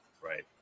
right